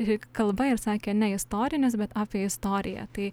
lyg kalba ir sakė ne istorinis bet apie istoriją tai